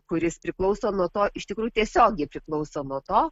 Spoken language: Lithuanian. kuris priklauso nuo to iš tikrųjų tiesiogiai priklauso nuo to